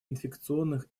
инфекционных